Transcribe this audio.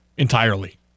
Entirely